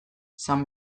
san